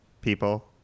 people